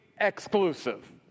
exclusive